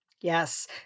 Yes